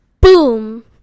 boom